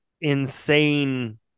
insane